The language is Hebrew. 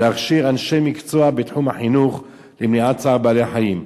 להכשיר אנשי מקצוע בתחום החינוך למניעת צער בעלי-חיים.